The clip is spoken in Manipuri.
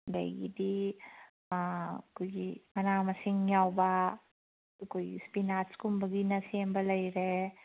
ꯑꯗꯒꯤꯗꯤ ꯑꯩꯈꯣꯏꯒꯤ ꯃꯅꯥ ꯃꯁꯤꯡ ꯌꯥꯎꯕ ꯑꯩꯈꯣꯏꯒꯤ ꯄꯤꯅꯠꯁꯀꯨꯝꯕꯒꯤꯅ ꯁꯦꯝꯕ ꯂꯩꯔꯦ